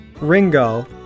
Ringo